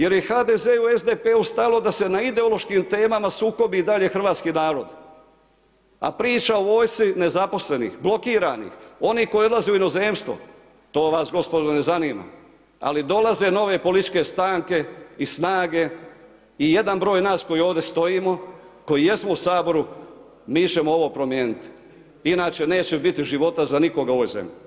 Jer je HDZ u SDP-u stalo da se na ideološkim temama sukobi i dalje hrvatski narod, a priča o vojsci nezaposlenih, blokiranih, oni koji odlaze u inozemstvo, to vas gospodo ne zanima, ali dolaze nove političke stranke i snage i jedan broj nas koji ovdje stojimo, koji jesmo u Saboru, mi ćemo ovo promijeniti, inače neće biti života za nikoga u ovoj zemlji.